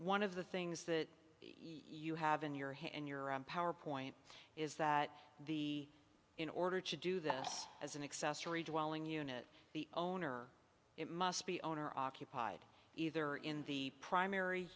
one of the things that you have in your head and your own power point is that the in order to do this as an accessory dwelling unit the owner it must be owner occupied either in the primary